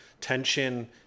tension